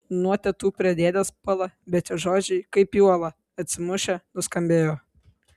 nuo tetų prie dėdės puola bet jo žodžiai kaip į uolą atsimušę nuskambėjo